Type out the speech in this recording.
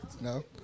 No